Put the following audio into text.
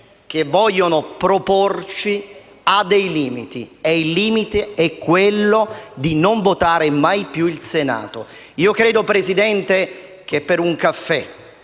che vogliono proporci ha dei limiti, e il limite è quello di non votare mai più il Senato. Io credo, signora Presidente, che per un caffè